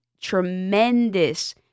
tremendous